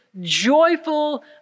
joyful